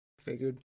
figured